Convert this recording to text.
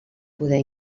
poder